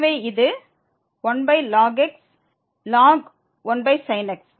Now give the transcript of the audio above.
எனவே இது 1ln x ln 1sin x